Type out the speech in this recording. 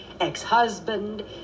ex-husband